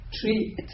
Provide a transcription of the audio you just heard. Tree